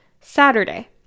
Saturday